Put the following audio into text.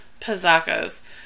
Pizzacos